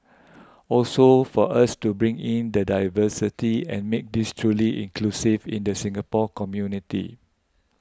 also for us to bring in the diversity and make this truly inclusive in the Singapore community